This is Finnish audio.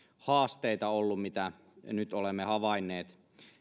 haasteita joita nyt olemme havainneet